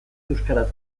euskaraz